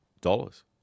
dollars